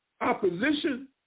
opposition